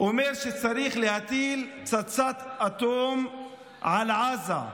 שאומר שצריך להטיל פצצת אטום על עזה.